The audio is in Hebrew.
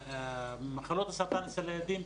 מחלות סרטן אצל ילדים,